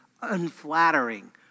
unflattering